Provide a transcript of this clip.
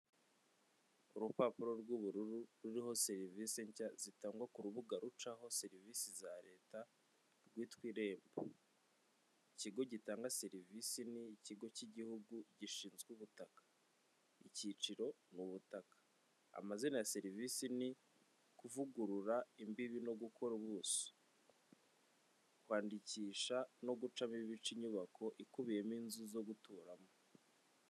Urupapuro rw'ubururu ruriho serivisi nshya zitangwa ku rubuga rucaho serivisi za leta rwitwa Irembo. Ikigo gitanga serivisi ni ikigo cy'igihugu gishinzwe ubutaka, icyiciro, mu butaka. Amazina ya serivisi ni, kuvugurura imbibi no gukora ubuso, kwandikisha no gucamo ibice inyubako ikubiyemo inzu zo guturamo.